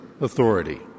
Authority